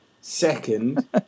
Second